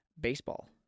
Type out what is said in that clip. baseball